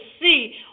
see